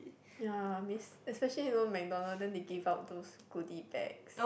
ya miss especially you know McDonald then they give out those goodie bags